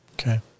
Okay